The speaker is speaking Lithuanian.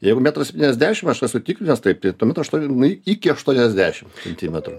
jeigu metras septyniasdešimt aš nesu tik nes taip tai tuomet aštuoni ni iki aštuoniasdešimt centimetrų